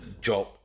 job